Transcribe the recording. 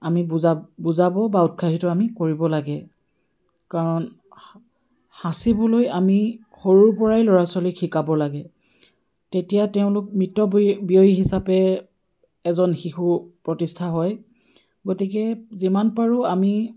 আমি বুজা বুজাব বা উৎসাহিত আমি কৰিব লাগে কাৰণ সা সাঁচিবলৈ আমি সৰুৰ পৰাই ল'ৰা ছোৱালীক শিকাব লাগে তেতিয়া তেওঁলোক মিতব্য়য়ী হিচাপে এজন শিশু প্ৰতিষ্ঠা হয় গতিকে যিমান পাৰোঁ আমি